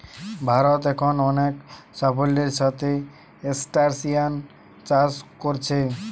ভারত এখন অনেক সাফল্যের সাথে ক্রস্টাসিআন চাষ কোরছে